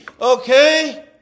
Okay